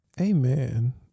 Amen